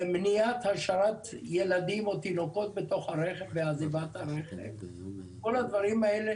מניעת השארת ילדים או תינוקות בתוך הרכב בעזיבת הרכב כל הדברים האלה